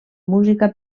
música